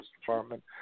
Department